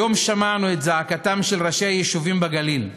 היום שמענו את זעקתם של ראשי היישובים בגליל.